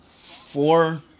four